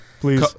Please